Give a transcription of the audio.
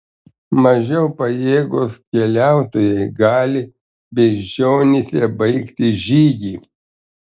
mažiau pajėgūs keliautojai gali beižionyse baigti žygį